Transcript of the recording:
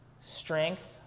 strength